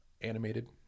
animated